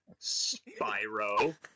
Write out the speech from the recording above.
Spyro